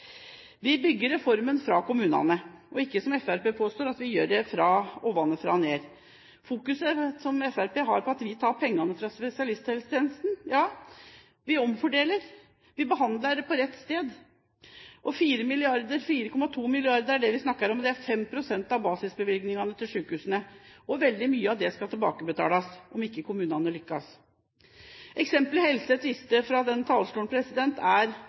Vi bygger reformen fra kommunene, ikke som Fremskrittspartiet påstår at vi gjør, ovenfra og ned. Fokuset Fremskrittspartiet har, er at vi tar pengene fra spesialisthelsetjenesten. Ja, vi omfordeler og behandler på rett sted. 4,2 mrd. kr er det vi snakker om – det er 5 pst. av basisbevilgningene til sykehusene – og veldig mye av det skal tilbakebetales om ikke kommunene lykkes. Eksemplet representanten Helseth viste til fra denne talerstolen, er